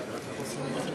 חברת הכנסת עליזה